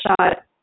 shot